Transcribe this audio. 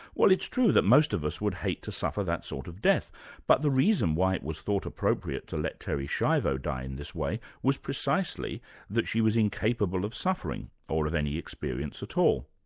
well it's true that most of us would hate to suffer that sort of death but the reason why it was thought appropriate to let terri schiavo die in this way was precisely that she was incapable of suffering or of any experience at all.